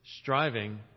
striving